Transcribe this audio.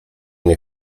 nie